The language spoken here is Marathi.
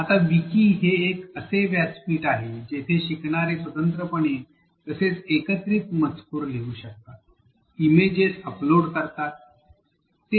आता विकी हे एक असे व्यासपीठ आहे जिथे शिकणारे स्वतंत्रपणे तसेच एकत्रीत मजकूर लिहू शकतात इमेजस अपलोड शकतात